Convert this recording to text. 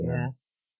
Yes